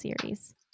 series